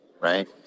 right